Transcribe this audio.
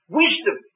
wisdom